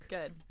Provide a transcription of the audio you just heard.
Good